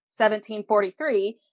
1743